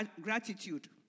gratitude